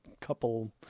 couple